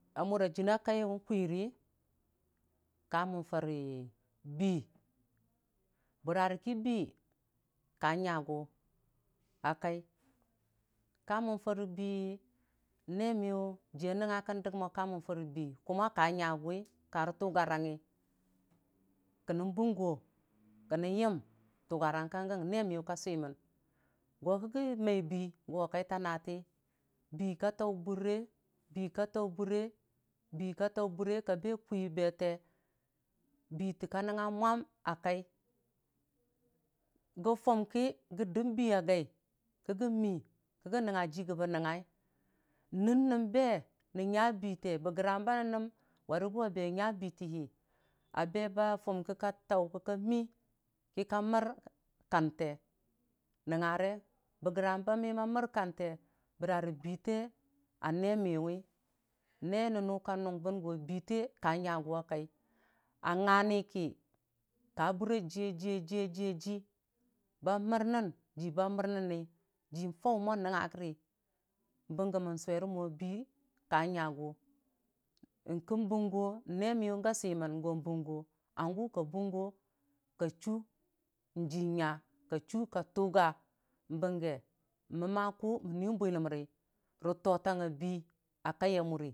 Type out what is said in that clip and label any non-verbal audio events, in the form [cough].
ə mura jinaa kaiyʊ n'kuirə ka mən fare bii bərakə bii ka nyagʊ a kai ka mən fare bii neemiyʊ jiya nəng nga kə dək mo ka mən fari bii [unintelligible] ka nyagʊwi karə tugarangngi kə nən bʊgo kə nən yim ku garang nee niyu ka sɨmən go kəgə mai bii a kai taa nədre bii ka tau bəre, bii ka tau bəre bii ka tau bəre, kabe kwi bete biite ka nənga mwom a kaigə fum ki gə dəm bii a gai kikən mii, kikən nangnga jii kəbə kə nangnga, nɨn nən be nən nya biite bə gəram ba nɨnnəm warigʊ a be nya biitini, a beba fum kika tau kəka mii kika mər kante nəngngare, bə gəramba miyim a mər kante bəra rə biite nee miwi nee nʊnʊ ka nʊng bən go biike ka nyagʊ a kaia nga niki kabəre ajiya, jiya ji, ba mərnən jii ba mər nənni jii fau mwə nangnga gəri bəge mən sʊwere mwə bii ka nyagu kən bugə nee miyʊ ga səmən go bungo, hangʊ ka bungə ka chʊ di nya ka dʊ ka tʊga bənge məmman kʊ nini bwiləmri rə totangnga bii.